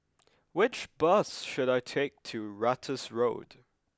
which bus should I take to Ratus Road